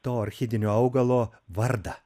to orchidinio augalo vardą